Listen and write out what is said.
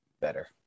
better